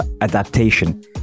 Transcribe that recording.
adaptation